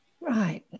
right